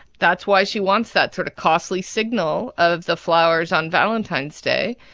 that's why she wants that sort of costly signal of the flowers on valentine's day.